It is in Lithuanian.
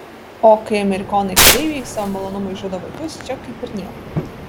o kai amerikonai kareiviai savo malonumui žudo vaikus čia kaip ir nieko